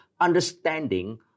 understanding